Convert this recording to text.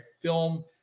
film